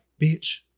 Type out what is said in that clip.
bitch